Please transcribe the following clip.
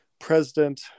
President